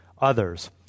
others